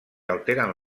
alteren